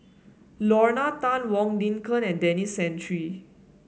Lorna Tan Wong Lin Ken and Denis Santry